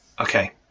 okay